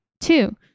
two